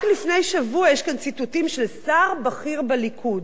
רק לפני שבוע, יש כאן ציטוטים של שר בכיר בליכוד: